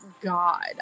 God